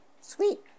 Sweet